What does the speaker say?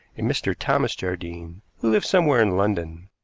a mr. thomas jardine, who lived somewhere in london.